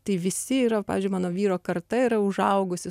tai visi yra pavyzdžiui mano vyro karta yra užaugusi